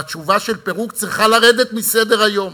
והתשובה של פירוק צריכה לרדת מסדר-היום.